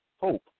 hope